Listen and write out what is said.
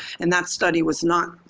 and that study was not,